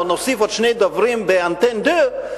או נוסיף עוד שני דוברים ב-Antenne Deux,